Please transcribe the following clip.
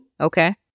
Okay